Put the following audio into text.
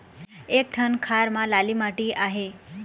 एक ठन खार म लाली माटी आहे?